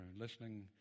listening